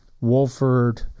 Wolford